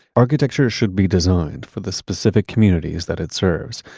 architecture should be designed for the specific communities that it serves,